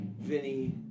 Vinny